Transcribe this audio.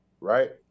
right